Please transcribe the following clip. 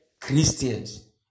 Christians